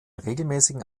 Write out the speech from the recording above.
regelmäßigen